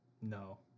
No